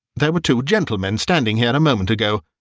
there were two gentlemen standing here a moment ago,